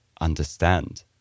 understand